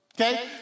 Okay